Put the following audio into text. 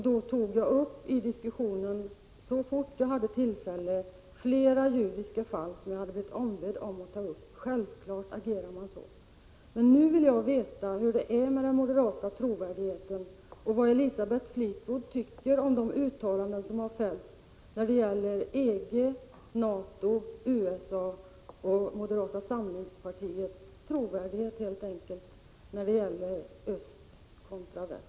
Då tog jag uppi diskussionen så fort jag hade tillfälle flera judiska fall som jag hade blivit ombedd att ta upp. Självfallet agerar man så. Men nu vill jag veta hur det är med den moderata trovärdigheten och vad Elisabeth Fleetwood tycker om de uttalanden som har fällts när det gäller EG, NATO och USA. Vad det handlar om är helt enkelt moderata samlingspartiets trovärdighet när det gäller öst kontra väst.